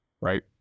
right